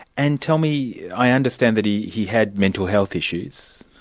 and tell me, i understand that he he had mental health issues?